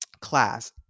class